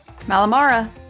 Malamara